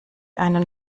einen